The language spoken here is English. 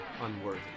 unworthy